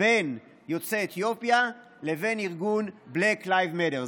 בין יוצאי אתיופיה לבין ארגון Black Lives Matter,